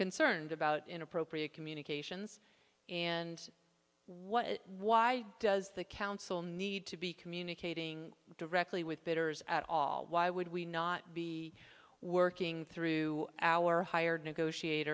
concerned about inappropriate communications and what why does the council need to be communicating directly with bidders at all why would we not be working through our hired negotiat